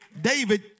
David